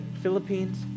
Philippines